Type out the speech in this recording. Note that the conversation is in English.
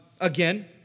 Again